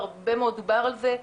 והרבה מאוד דובר על זה,